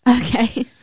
Okay